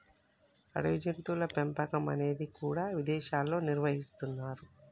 అడవి జంతువుల పెంపకం అనేది కూడా ఇదేశాల్లో నిర్వహిస్తున్నరు